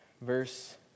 verse